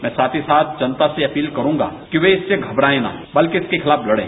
मैं साथ ही साथ जनता से यह अपीले करूंगा कि वह इसमें घबरायें न बल्कि इसके खिलाफ लड़ें